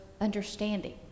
understanding